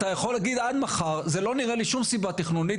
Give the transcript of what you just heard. אתה יכול להגיד עד מחר אבל זה לא נראה לי שום סיבה תכנונית,